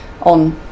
on